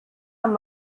amb